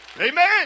Amen